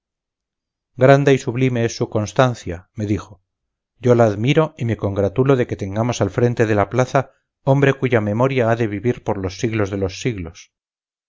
grande y sublime es su constancia me dijo yo la admiro y me congratulo de que tengamos al frente de la plaza hombre cuya memoria ha de vivir por los siglos de los siglos